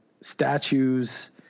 statues